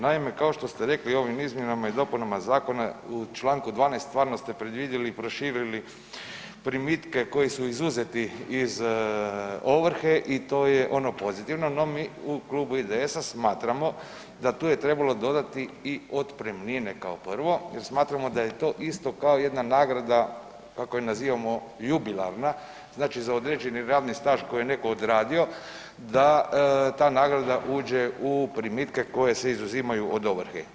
Naime, kao što ste rekli, ovim izmjenama i dopunama zakona u čl. 12 stvarno ste predvidjeli i proširili primitke koji su izuzeti iz ovrhe i to je ono pozitivno, no mi u Klubu IDS-a smatramo da tu je trebalo dodati i otpremnine kao prvo jer smatramo da je to isto kao jedna nagrada, kako je nazivamo, jubilarna, znači za određeni radni staž koji je netko odradio, da ta nagrada uđe u primitke koji se izuzimaju od ovrhe.